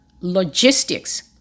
logistics